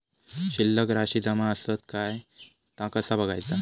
शिल्लक राशी जमा आसत काय ता कसा बगायचा?